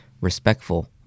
respectful